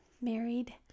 married